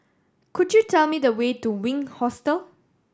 could you tell me the way to Wink Hostel